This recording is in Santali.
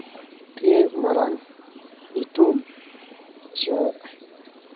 ᱛᱤᱱᱟᱹᱜ ᱢᱟᱨᱟᱝ ᱧᱩᱛᱩᱢ ᱥᱮ